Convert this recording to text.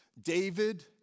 David